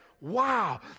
Wow